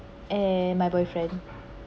and my boyfriend